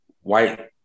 white